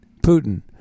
Putin